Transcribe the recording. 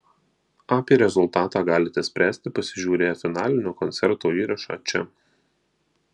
apie rezultatą galite spręsti pasižiūrėję finalinio koncerto įrašą čia